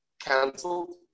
cancelled